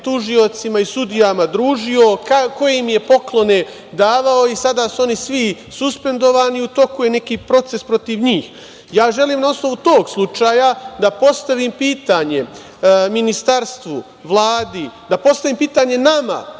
se tužiocima i sudijama družio, koje im je poklone davao i sada su oni svi suspendovani i u toku je neki proces protiv njih. Želim na osnovu tog slučaja da postavim pitanje ministarstvu, Vladi, da postavim pitanje nama